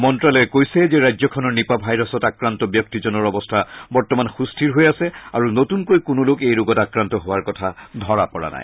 মন্ত্ৰালয়ে কৈছে যে ৰাজ্যখনৰ নিপা ভাইৰাছত আক্ৰান্ত ব্যক্তিজনৰ অৱস্থা বৰ্তমান সুস্থিৰ হৈ আছে আৰু নতুনকৈ কোনো লোক এই ৰোগত আক্ৰান্ত হোৱাৰ কথা ধৰা পৰা নাই